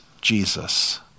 Jesus